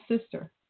sister